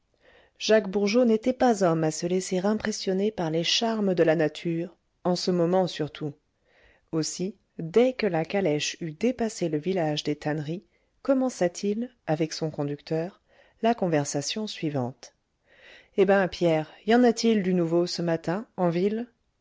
jacques bourgeot n'était pas homme à se laisser impressionner par les charmes de la nature en ce moment surtout aussi dès que la calèche eut dépassé le village des tanneries commença-t-il avec son conducteur la conversation suivante eh ben pierre y en a-t-il du nouveau ce matin en ville